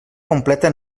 completa